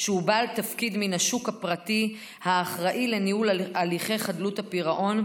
שהוא בעל תפקיד מן השוק הפרטי האחראי לניהול הליכי חדלות הפירעון.